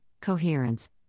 coherence